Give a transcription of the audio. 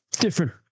Different